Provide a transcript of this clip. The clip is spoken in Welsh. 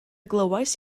glywais